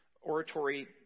oratory